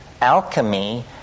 alchemy